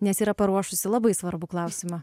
nes yra paruošusi labai svarbų klausimą